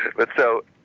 but so